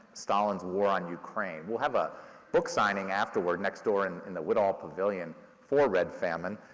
stalin's war on ukraine. we'll have a book signing afterward next door and in the woodall pavilion for red famine.